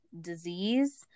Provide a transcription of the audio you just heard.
Disease